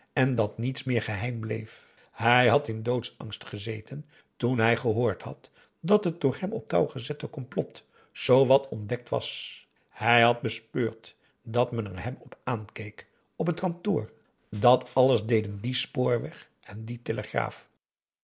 en dat niets meer geheim bleef hij had in doodsangst gezeten toen hij gehoord had dat het door hem op touw gezette complot zoo wat ontdekt was hij had bespeurd dat men er hem op aankeek op het kantoor dat alles deden die spoorweg en die telegraaf